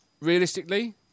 realistically